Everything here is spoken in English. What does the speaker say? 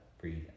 breathe